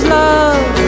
love